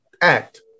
Act